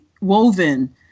woven